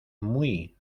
muy